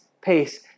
pace